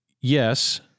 Yes